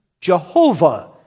Jehovah